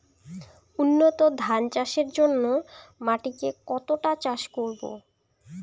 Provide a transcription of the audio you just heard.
উন্নত ধান চাষের জন্য মাটিকে কতটা চাষ করব?